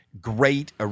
great